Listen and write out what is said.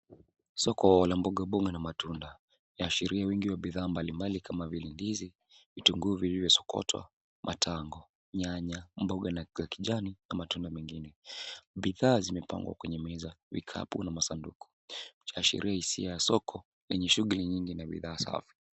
Soko la mboga mboga na matunda. Viashiria wengi vya bidhaa mbalimbali kama vile ndizi, vitunguu, viwe visokoto, nyanya, mboga ya kijani na matunda mengine. Bidhaa zimepangwa kwenye meza, vikapu na masanduku. Kiashiria isiye ya soko kenye shughuli mingi na safi.